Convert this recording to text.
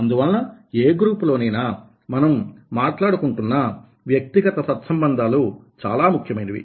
అందువలన ఏ గ్రూపులో నైనా మనం మాట్లాడుకుంటున్న వ్యక్తిగత సత్సంబంధాలు చాలా ముఖ్యమైనవి